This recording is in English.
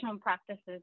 practices